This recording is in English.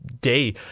day